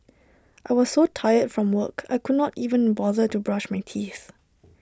I was so tired from work I could not even bother to brush my teeth